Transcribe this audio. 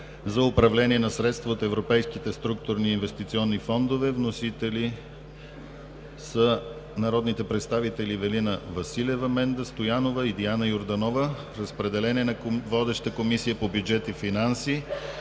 за управление на средствата от европейските структурни и инвестиционни фондове. Вносители са народните представители Ивелина Василева, Менда Стоянова и Диана Йорданова. Разпределен е на водещата Комисия по бюджет и финанси,